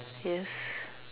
yes